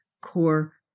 core